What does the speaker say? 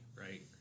right